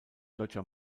deutscher